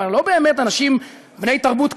הם לא באמת אנשים בני תרבות כמונו,